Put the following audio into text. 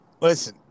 Listen